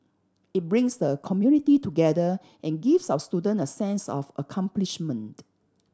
it brings the community together and gives our students a sense of accomplishment